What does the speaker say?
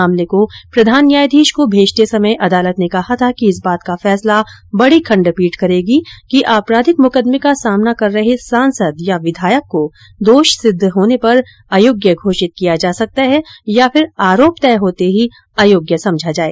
मामले को प्रधान न्यायाधीश को भेजते समय अदालत ने कहा था कि इस बात का फैसला बड़ी खंडपीठ करेगी कि आपराधिक मुकदमे का सामना कर रहे सांसद या विधायक को दोष सिद्ध होने पर अयोग्य घोषित किया जा सकता है या फिर आरोप तय होते ही अयोग्य समझा जाए